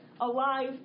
alive